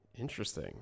Interesting